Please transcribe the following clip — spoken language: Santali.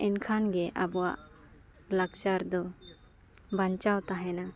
ᱮᱱᱠᱷᱟᱱᱜᱮ ᱟᱵᱚᱣᱟᱜ ᱞᱟᱠᱪᱟᱨ ᱫᱚ ᱵᱟᱧᱪᱟᱣ ᱛᱟᱦᱮᱱᱟ